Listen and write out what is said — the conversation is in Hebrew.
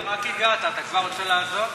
גואטה, רק הגעת, אתה כבר רוצה לעזוב?